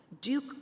Duke